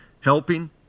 helping